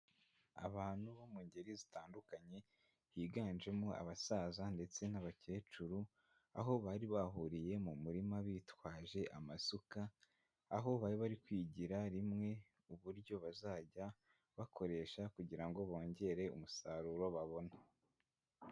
Abantu bo mu ngeri zitandukanye, higanjemo abasaza ndetse n'abakecuru, aho bari bahuriye mu murima bitwaje amasuka, aho bari bari kwigira hamwe uburyo bazajya bakoresha, kugira ngo bongere umusaruro babona.